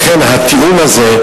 לכן, התיאום הזה,